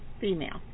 female